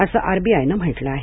असं R B I नं म्हटलं आहे